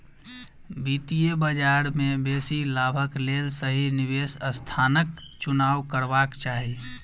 वित्तीय बजार में बेसी लाभक लेल सही निवेश स्थानक चुनाव करबाक चाही